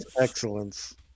excellence